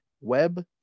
web